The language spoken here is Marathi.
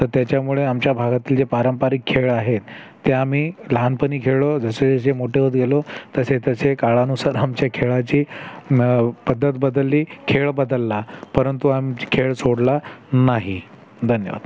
तर त्याच्यामुळे आमच्या भागातील पारंपरिक खेळ आहेत ते आम्ही लहानपणी खेळलो जसेजसे मोठे होत गेलो तसेतसे काळानुसार आमच्या खेळाची पद्धत बदलली खेळ बदलला परंतु आमची खेळ सोडला नाही धन्यवाद